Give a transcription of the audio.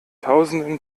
tausenden